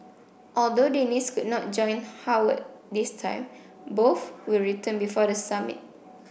although Dennis could not join Howard this time both will return before the summit